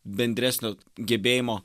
bendresnio gebėjimo